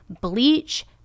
bleach